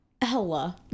Ella